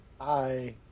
Hi